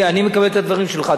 אני מקבל את הדברים שלך.